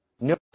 No